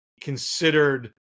considered